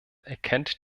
erkennt